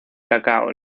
cacao